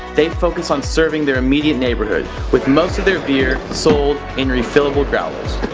they focus on serving their immediate neighbourhood with most of their beer sold in refillable growlers.